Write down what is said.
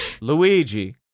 Luigi